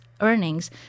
earnings